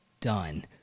done